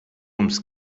ums